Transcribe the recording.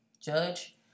judge